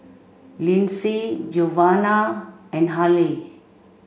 Lynsey Giovanna and Haleigh